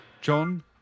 John